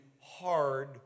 hard